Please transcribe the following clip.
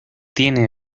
tiene